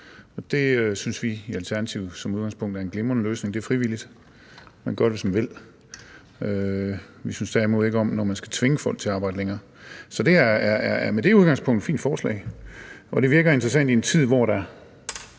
det synes vi i Alternativet som udgangspunkt er en glimrende løsning. Det er frivilligt – man gør det, hvis man vil. Vi synes derimod ikke om, hvis man vil tvinge folk til at arbejde længere. Så med det udgangspunkt er det et fint forslag, og det virker interessant i en tid, hvor der